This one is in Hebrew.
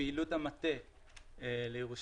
פעילות המטה לירושלים,